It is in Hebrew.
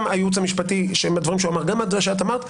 גם הייעוץ המשפטי אמר וגם את אמרת,